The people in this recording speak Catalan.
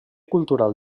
cultural